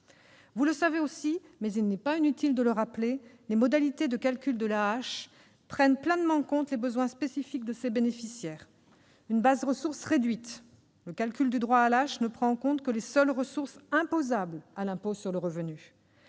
Vous le savez aussi, mais il n'est pas inutile de le rappeler, les modalités de calcul de l'AAH prennent pleinement en compte les besoins spécifiques de ses bénéficiaires. Tout d'abord, une « base ressources » réduite : le calcul du droit à l'AAH ne prend en compte que les seules ressources soumises à l'impôt sur le revenu.